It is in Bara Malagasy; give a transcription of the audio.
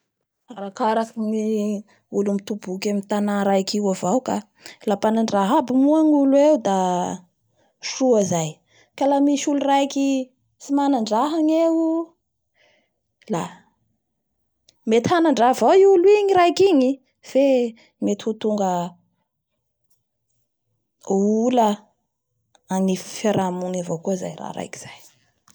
Arakarakin'ny olo mitoboky amin'ny tana raiky io avao ka la mpanandraha aby moa ny olo eo da soa zay ka raha misy olo raiky tsy manandraha ny eo la mety hanandraha avao i olo igny i raiky igny e fe mety ho tonga ola anivon'ny fiaraha mony avao koa zay.